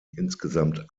insgesamt